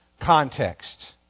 context